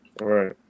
Right